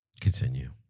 Continue